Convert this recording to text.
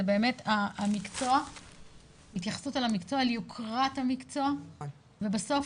זה באמת התייחסות אל יוקרת המקצוע ובסוף